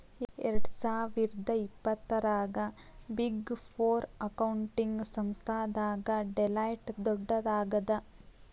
ಎರ್ಡ್ಸಾವಿರ್ದಾ ಇಪ್ಪತ್ತರಾಗ big four accounting ಸಂಸ್ಥಾದಾಗ ಡೆಲಾಯ್ಟ್ ದೊಡ್ಡದಾಗದ